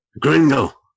Gringo